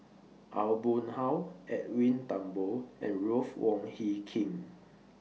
Aw Boon Haw Edwin Thumboo and Ruth Wong Hie King